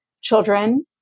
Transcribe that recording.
children